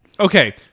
Okay